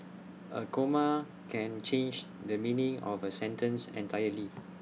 A comma can change the meaning of A sentence entirely